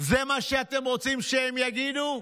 זה מה שאתם רוצים שהם יגידו?